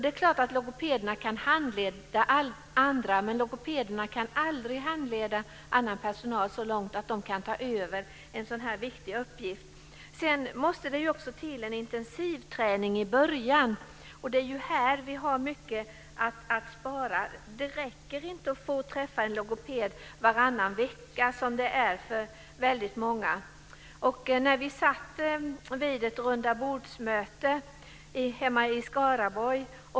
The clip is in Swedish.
Det är klart att logopederna kan handleda andra, men de kan aldrig handleda annan personal så långt att den kan ta över en så viktig uppgift. Det måste till en intensivträning i början. Det är här vi kan spara mycket. Det räcker inte att träffa en logoped varannan vecka, som är fallet för väldigt många. Vi hade ett rundabordsmöte hemma i Skaraborg.